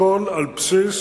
הכול על בסיס